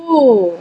!aiyo!